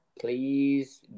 Please